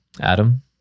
Adam